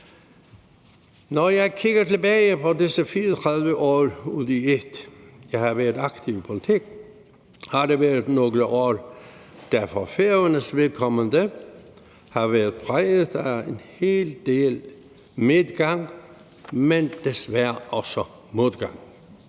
Når jeg kigger tilbage på disse 34 år ud i ét, hvor jeg har været aktiv i politik, har det været nogle år, der for Færøernes vedkommende har været præget af en hel del medgang, men desværre også modgang.